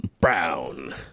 Brown